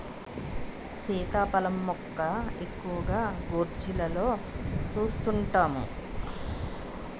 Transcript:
సీతాఫలం మొక్క ఎక్కువగా గోర్జీలలో సూస్తుంటాము